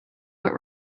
what